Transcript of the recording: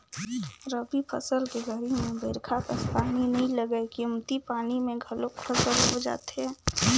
रबी फसल के घरी में बईरखा कस पानी नई लगय कमती पानी म घलोक फसल हो जाथे